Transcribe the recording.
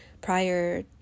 prior